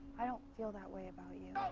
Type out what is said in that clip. i don't feel that way about you.